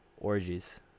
Orgies